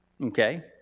Okay